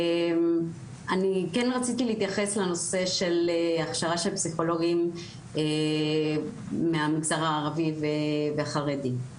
כן רציתי להתייחס לנושא הכשרה של פסיכולוגים מהמגזרים הערבי והחרדי.